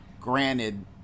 Granted